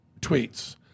tweets